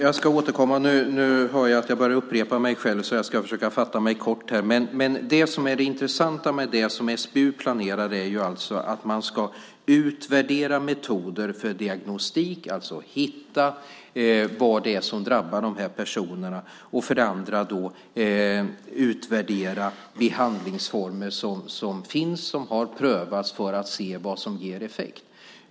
Herr talman! Jag hör att jag börjar upprepa mig, så jag ska försöka fatta mig kort. Det intressanta med det som SBU planerar är att man ska utvärdera metoder för diagnostik, det vill säga hitta vad som drabbar dessa personer, och utvärdera behandlingsformer som finns och som har prövats för att se vad som ger effekt.